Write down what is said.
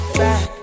back